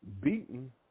beaten